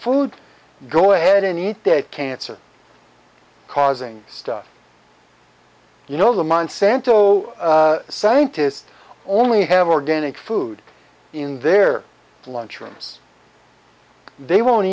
food go ahead and eat that cancer causing stuff you know the monsanto scientists only have organic food in their lunch rooms they won't